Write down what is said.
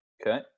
okay